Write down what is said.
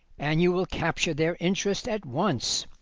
and you will capture their interest at once.